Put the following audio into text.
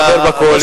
אתה חבר בקואליציה.